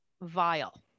vile